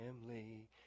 family